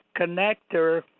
connector